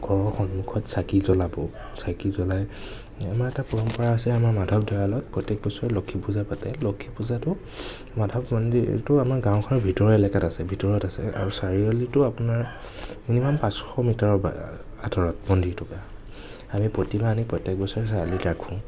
ঘৰৰ সন্মুখত চাকি জ্বলাবও চাকি জ্বলাই আমাৰ এটা পৰম্পৰা আছে আমাৰ মাধৱ দেৱালয়ত প্ৰত্য়েক বছৰে লক্ষ্মী পূজা পাতে লক্ষ্মী পূজাটো মাধৱ মন্দিৰটো আমাৰ গাওঁখনৰ ভিতৰ এলেকাত আছে ভিতৰত আছে আৰু চাৰিআলিতো আপোনাৰ মিনিমাম পাঁচশ মিটাৰৰ আঁতৰত মন্দিৰটোৰ পৰা আমি প্ৰতিমা আনি আমি প্ৰত্যেক বছৰে আমি চাৰিআলিত ৰাখোঁ